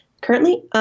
currently